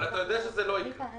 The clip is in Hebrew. אבל אתה יודע שזה לא יקרה,